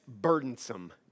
burdensome